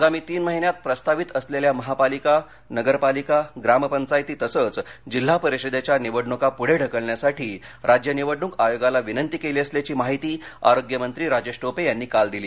आगामी तीन महिन्यात प्रस्तावित असलेल्या महापालिका नगरपालिका ग्रामपंचायती तसंच जिल्हा परिषदेच्या निवडणुका पुढे ढकलण्यासाठी राज्य निवडणूक आयोगाला विनंती केली असल्याची माहिती आरोग्यमंत्री राजेश टोपे यांनी काल दिली